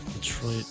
Detroit